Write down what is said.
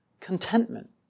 contentment